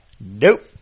Nope